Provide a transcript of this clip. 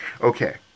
Okay